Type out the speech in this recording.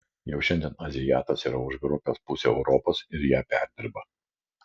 jau šiandien azijatas yra užgrobęs pusę europos ir ją perdirba